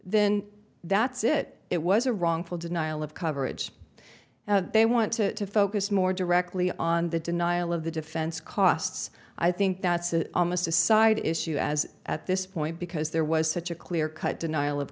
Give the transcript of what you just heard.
then that's it it was a wrongful denial of coverage they want to focus more directly on the denial of the defense costs i think that's an almost a side issue as at this point because there was such a clear cut denial of